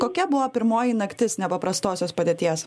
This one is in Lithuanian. kokia buvo pirmoji naktis nepaprastosios padėties